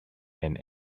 and